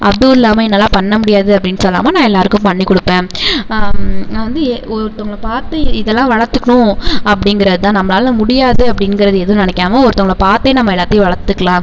அதுவும் இல்லாமல் என்னால் பண்ண முடியாது அப்படின்னு சொல்லாமல் நான் எல்லாருக்கும் பண்ணிக் கொடுப்பேன் நான் வந்து எ ஒருத்தவங்கள பாத்து இதெல்லாம் வளர்த்துக்குணும் அப்படிங்கிறதுதான் நம்மளால் முடியாது அப்படிங்கிறது எதுவும் நினக்காம ஒருத்தவங்கள பார்த்தே நம்ம எல்லாத்தையும் வளர்த்துக்கலாம்